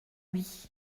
lui